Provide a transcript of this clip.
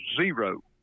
zero